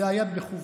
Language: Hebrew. זה היה מכוון,